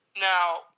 Now